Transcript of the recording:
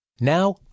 Now